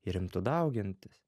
ir imtų daugintis